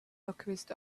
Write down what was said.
alchemist